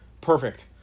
perfect